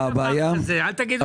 אל תגידו את זה.